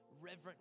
reverent